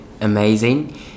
amazing